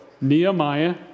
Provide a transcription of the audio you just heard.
Nehemiah